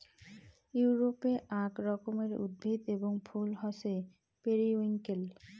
ইউরোপে আক রকমের উদ্ভিদ এবং ফুল হসে পেরিউইঙ্কেল